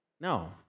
No